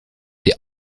die